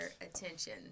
attention